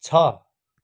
छ